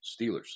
Steelers